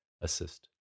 assist